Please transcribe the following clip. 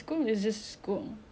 so that's a hard part